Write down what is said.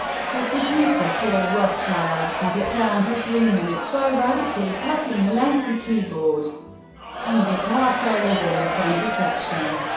so producer paul rothchild cut it down to three minutes by radically cutting the lengthy keyboard and guitar solos in the center section.